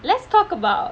let's talk about